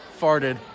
farted